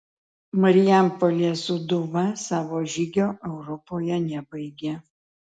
marijampolės sūduva savo žygio europoje nebaigė